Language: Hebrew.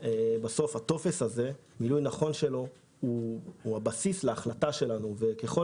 כי הטופס הוא הבסיס להחלטה שלנו וככל